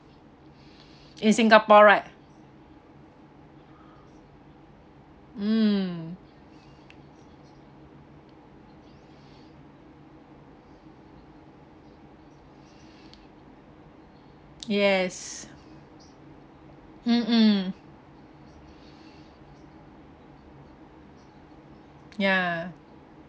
in singapore right mm yes mm mm yeah